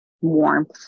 warmth